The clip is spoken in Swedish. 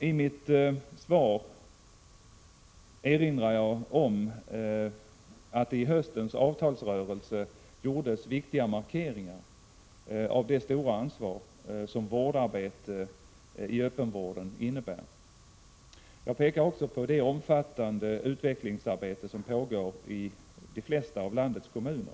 I mitt svar erinrar jag om att viktiga markeringar gjordes i höstens avtalsrörelse beträffande det stora ansvar som vårdarbete inom öppenvården innebär. Jag pekar också på det omfattande utvecklingsarbete som pågår i de flesta av landets kommuner.